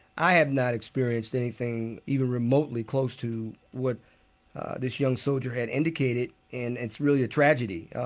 i have not experienced anything even remotely close to what this young soldier had indicated. and it's really a tragedy,